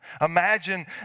Imagine